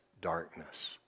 darkness